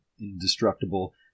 indestructible